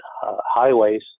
highways